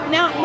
Now